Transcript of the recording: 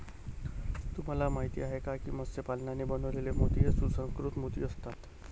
तुम्हाला माहिती आहे का की मत्स्य पालनाने बनवलेले मोती हे सुसंस्कृत मोती असतात